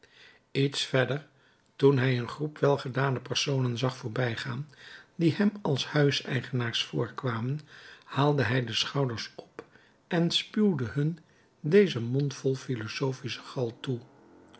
iets verder toen hij een groep welgedane personen zag voorbijgaan die hem als huiseigenaars voorkwamen haalde hij de schouders op en spuwde hun dezen mondvol philosophische gal toe